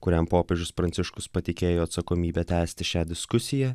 kuriam popiežius pranciškus patikėjo atsakomybę tęsti šią diskusiją